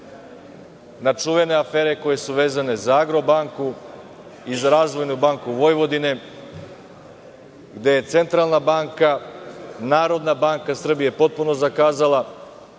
na čuvene afere koje su vezane za „Agrobanku“ i za „Razvojnu banku Vojvodine“, gde je Centralna banka, Narodna banka Srbije potpuno zakazala,